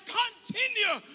continue